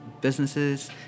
businesses